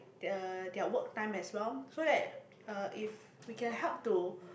their their work time as well so that uh if we can help to